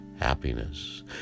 happiness